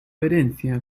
herencia